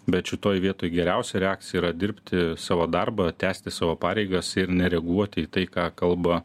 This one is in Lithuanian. bet šitoj vietoj geriausia reakcija yra dirbti savo darbą tęsti savo pareigas ir nereaguoti į tai ką kalba